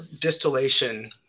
distillation